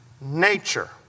nature